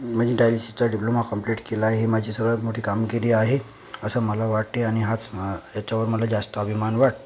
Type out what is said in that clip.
मेन्टेनन्सचा diploma complete केला आहे ही सगळ्यात मोठी माझी कामगिरी आहे असं मला वाटते आणि हाच याच्यावर मला जास्त अभिमान वाटतो